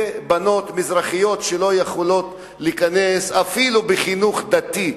ובנות מזרחיות שלא יכולות להיכנס אפילו בחינוך דתי.